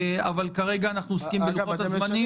כרגע אנחנו עוסקים בלוחות-הזמנים.